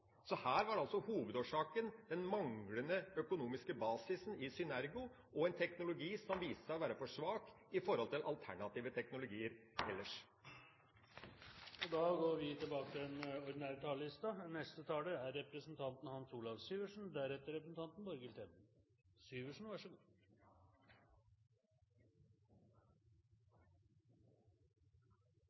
så det kommersielt mulig å utvikle bedriften videre, til tross for at den burde ha kommet inn under det investeringsstøtteprogrammet som regjeringa la til rette for gjennom Innovasjon Norge. Her var altså hovedårsaken den manglende økonomiske basisen i Synergo og en teknologi som viste seg å være for svak i forhold til alternative teknologier ellers. Replikkordskiftet er omme. Vi